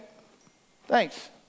thanks